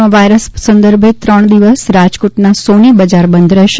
corona virus સંદર્ભે ત્રણ દિવસ રાજકોટના સોની બજાર બંધ રહેશે